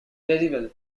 terrible